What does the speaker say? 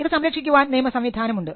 ഇത് സംരക്ഷിക്കുവാൻ നിയമസംവിധാനം ഉണ്ട്